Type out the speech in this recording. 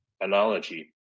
analogy